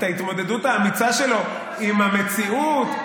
את ההתמודדות האמיצה שלו עם המציאות,